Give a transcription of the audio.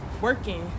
working